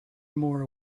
more